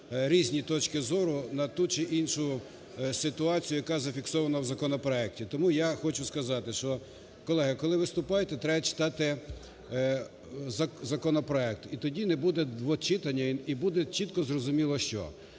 різні точки зору на ту чи іншу ситуацію, яка зафіксована в законопроекті. Тому я хочу сказати, що, колеги, коли виступаєте, треба читати законопроект. І тоді не будедвочитання, і буде чітко зрозуміло, що.